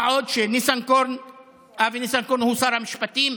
מה עוד שאבי ניסנקורן הוא שר המשפטים,